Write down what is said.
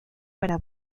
para